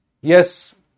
yes